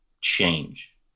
change